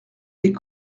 des